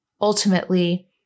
ultimately